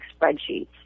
spreadsheets